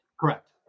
Correct